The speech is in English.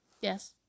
Yes